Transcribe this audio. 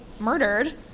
murdered